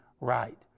right